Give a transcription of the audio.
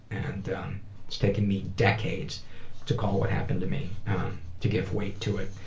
and um it's taken me decades to call what happened to me to give weight to it.